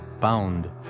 bound